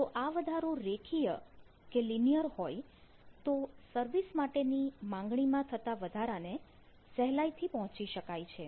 જો આ વધારો રેખીય કે લિનિયર હોય તો સર્વિસ માટેની માંગણીમાં થતા વધારાને સહેલાઇથી પહોંચી શકાય છે